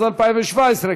התשע"ז 2017,